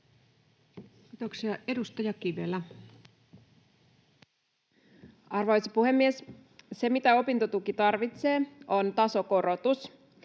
Kiitoksia. — Edustaja Kivelä. Arvoisa puhemies! Se, mitä opintotuki tarvitsee, on tasokorotus.